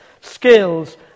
skills